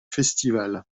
festival